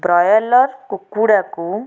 broiler କୁକୁଡ଼ାକୁ